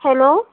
hello